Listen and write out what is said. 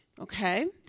Okay